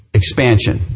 expansion